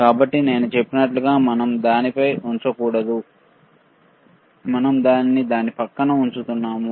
కాబట్టి నేను చెప్పినట్లుగా మనం దానిపై ఉంచకూడదు మనం దానిని దాని ప్రక్కన ఉంచుతున్నాము